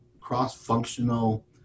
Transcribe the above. cross-functional